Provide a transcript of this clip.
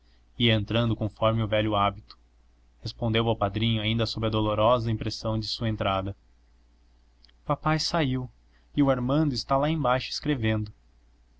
ia entrando conforme o velho hábito respondeu ao padrinho ainda sob a dolorosa impressão da sua entrada papai saiu e o armando está lá embaixo escrevendo